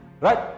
Right